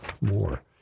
more